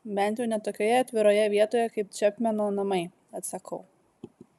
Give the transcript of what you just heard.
bent jau ne tokioje atviroje vietoje kaip čepmeno namai atsakau